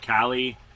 Callie